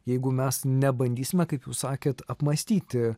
jeigu mes nebandysime kaip jūs sakėt apmąstyti